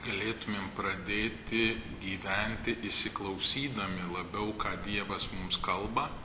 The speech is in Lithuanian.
galėtumėm pradėti gyventi įsiklausydami labiau ką dievas mums kalba